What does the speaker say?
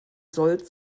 soll